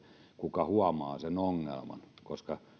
kuka huomaa sen ongelman koska